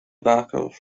backers